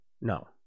No